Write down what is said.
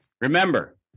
Remember